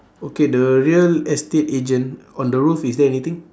okay the real estate agent on the roof is there anything